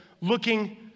looking